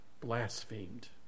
blasphemed